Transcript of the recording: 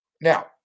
Now